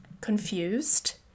confused